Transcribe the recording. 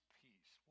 peace